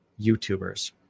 YouTubers